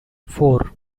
four